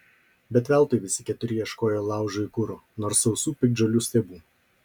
bet veltui visi keturi ieškojo laužui kuro nors sausų piktžolių stiebų